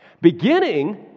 Beginning